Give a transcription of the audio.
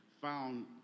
found